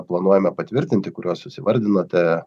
planuojame patvirtinti kuriuos jūs įvardinote